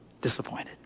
disappointed